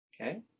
Okay